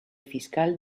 fiscal